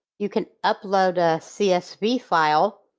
you can upload a csv file,